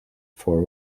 for